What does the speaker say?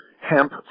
hemp